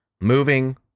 Moving